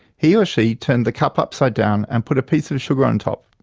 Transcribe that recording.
he or she turned the cup upside down and put a piece of sugar on top.